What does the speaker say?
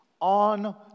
On